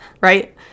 right